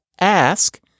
ask